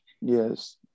Yes